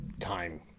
time